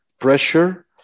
pressure